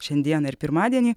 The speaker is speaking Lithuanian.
šiandieną ir pirmadienį